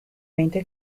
veinte